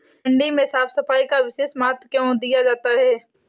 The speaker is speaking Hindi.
मंडी में साफ सफाई का विशेष महत्व क्यो दिया जाता है?